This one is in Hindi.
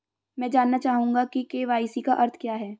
मैं जानना चाहूंगा कि के.वाई.सी का अर्थ क्या है?